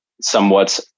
somewhat